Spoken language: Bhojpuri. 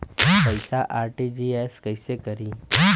पैसा आर.टी.जी.एस कैसे करी?